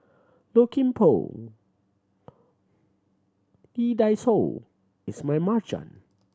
Low Kim Pong Lee Dai Soh Ismail Marjan